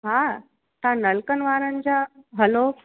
हा तव्हां नलकनि वारनि जा हलो